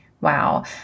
Wow